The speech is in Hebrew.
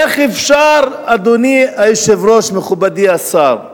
איך אפשר, אדוני היושב-ראש, מכובדי השר,